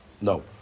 no